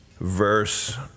verse